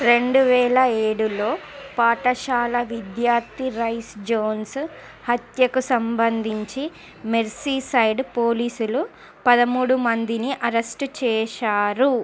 రెండువేల ఏడులో పాఠశాల విద్యార్థి రైస్జోన్స్ హత్యకు సంబంధించి మెర్సీసైడ్ పోలీసులు పదమూడు మందిని అరెస్టు చేశారు